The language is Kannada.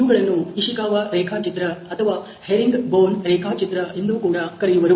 ಇವುಗಳನ್ನು ಇಶಿಕವ ರೇಖಚಿತ್ರ ಅಥವಾ ಹೆರಿಂಗ್ ಬೋನ್ ರೇಖಾಚಿತ್ರ ಎಂದೂ ಕೂಡ ಕರೆಯುವರು